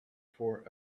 for